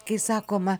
kai sakoma